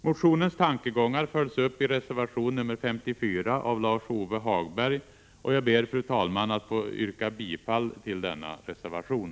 Motionens tankegångar följs upp i reservation nr 54 av Lars-Ove Hagberg, och jag ber, fru talman, att få yrka bifall till denna reservation.